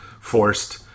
forced